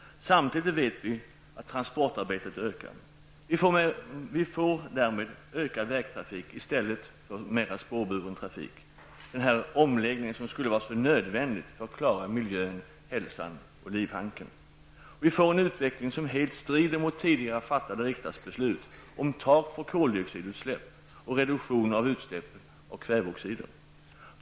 Samtidigt vet vi att transportarbetet ökar. Vi får därmed ökad vägtrafik i stället för spårburen trafik. En omläggning till spårbunden trafik skulle vara så nödvändig för att klara miljön, hälsan och livhanken. Vi får en utveckling som helt strider mot tidigare fattade riksdagsbeslut om tak för koldioxidutsläpp och reduktion av utsläpp av kväveoxider.